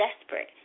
desperate